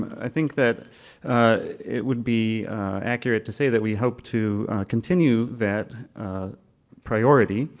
i think that it would be accurate to say that we hope to continue that priority.